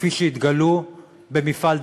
כפי שהתגלו במפעל "דבאח"